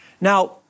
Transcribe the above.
Now